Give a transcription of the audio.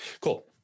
Cool